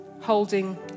holding